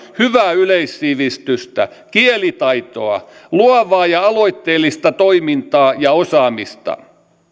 hyvää yleissivistystä kielitaitoa luovaa ja aloitteellista toimintaa ja osaamista